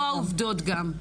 לקבוע עובדות גם.